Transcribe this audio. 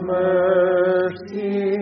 mercy